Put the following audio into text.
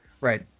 right